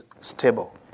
stable